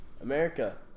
America